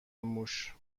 موش